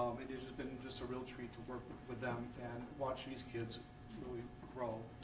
um it it has been just a real treat to work with them and watch these kids really roll.